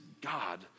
God